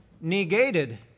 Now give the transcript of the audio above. negated